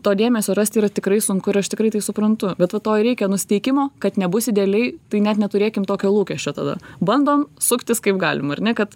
to dėmesio rasti yra tikrai sunku ir aš tikrai tai suprantu bet vat to ir reikia nusiteikimo kad nebus idealiai tai net neturėkim tokio lūkesčio tada bandom suktis kaip galim ar ne kad